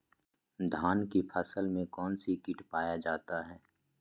धान की फसल में कौन सी किट पाया जाता है?